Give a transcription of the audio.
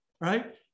right